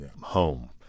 home